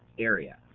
area.